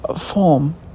form